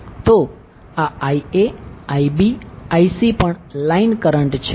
તો આ Ia Ib Ic પણ લાઈન કરંટ છે